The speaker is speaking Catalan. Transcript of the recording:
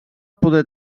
poder